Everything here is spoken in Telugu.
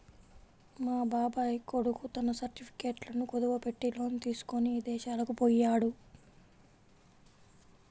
మా బాబాయ్ కొడుకు తన సర్టిఫికెట్లను కుదువబెట్టి లోను తీసుకొని ఇదేశాలకు పొయ్యాడు